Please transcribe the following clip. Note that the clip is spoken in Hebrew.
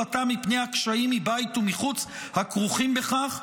תירתע מפני הקשיים מבית ומחוץ הכרוכים בכך.